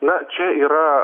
na čia yra